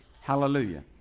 hallelujah